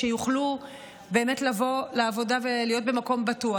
שיוכלו באמת לבוא לעבודה ולהיות במקום בטוח.